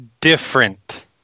different